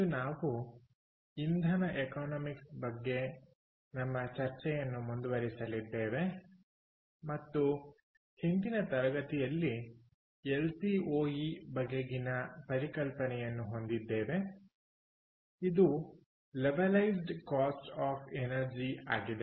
ಇಂದು ನಾವು ಇಂಧನ ಎಕನಾಮಿಕ್ಸ್ ಬಗ್ಗೆ ನಮ್ಮ ಚರ್ಚೆಯನ್ನು ಮುಂದುವರಿಸಲಿದ್ದೇವೆ ಮತ್ತು ಹಿಂದಿನ ತರಗತಿಯಲ್ಲಿ ಎಲ್ ಸಿ ಓ ಇ ಬಗೆಗಿನ ಪರಿಕಲ್ಪನೆಯನ್ನು ಹೊಂದಿದ್ದೇವೆ ಇದು ಲೆವಲೈಸ್ಡ್ ಕಾಸ್ಟ್ ಆಫ್ ಎನರ್ಜಿ ಆಗಿದೆ